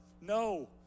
no